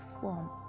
form